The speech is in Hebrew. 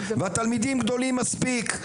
והתלמידים גדולים מספיק.